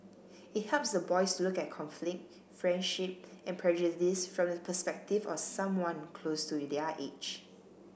it helps the boys to look at conflict friendship and prejudice from the perspective of someone close to their age